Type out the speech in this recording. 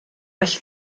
well